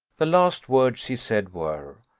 the last words he said were,